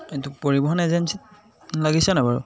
এইটো পৰিবহন এজেঞ্চীত লাগিছে নাই বাৰু